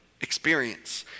experience